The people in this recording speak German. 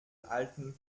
alten